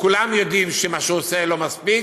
כולם יודעים שמה שהוא עושה לא מספיק,